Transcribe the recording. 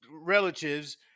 relatives